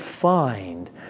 find